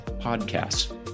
podcasts